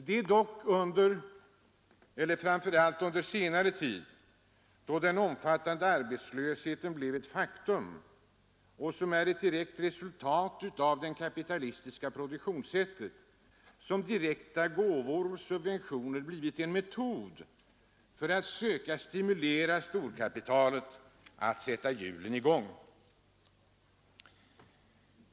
Det är dock framför allt under senare tid, sedan den omfattande arbetslösheten blivit ett faktum — den är ett direkt resultat av det kapitalistiska produktionssättet — som direkta gåvor och subventioner blivit en metod för att söka stimulera storkapitalet att sätta hjulen i gång.